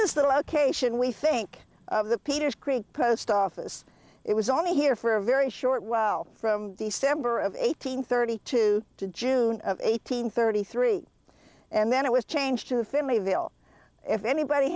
is the location we think of the peters creek post office it was only here for a very short while from december of eighteen thirty two to june of eighteen thirty three and then it was changed to finleyville if anybody